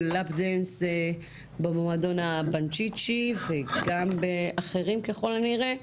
"לאפ דאנס" במועדון הבנצ'יצ'י וגם באחרים ככל הנראה.